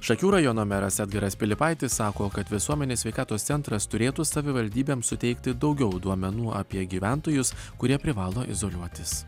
šakių rajono meras edgaras pilypaitis sako kad visuomenės sveikatos centras turėtų savivaldybėms suteikti daugiau duomenų apie gyventojus kurie privalo izoliuotis